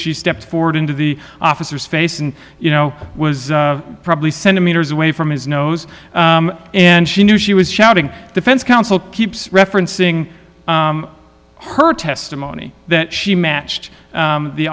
she stepped forward into the officer's face and you know was probably centimeters away from his nose and she knew she was shouting defense counsel keeps referencing her testimony that she matched